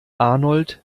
arnold